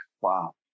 Wow